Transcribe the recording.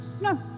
No